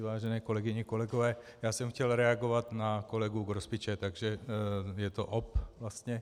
Vážené kolegyně, kolegové, chtěl jsem reagovat na kolegu Grospiče, takže je to ob vlastně.